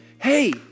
hey